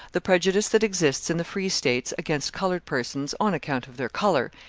the prejudice that exists in the free states against coloured persons, on account of their colour,